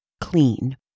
clean